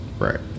Right